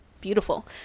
beautiful